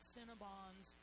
Cinnabons